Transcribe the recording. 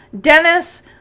Dennis